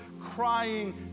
crying